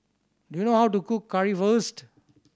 do you know how to cook Currywurst